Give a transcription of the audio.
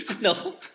No